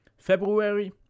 February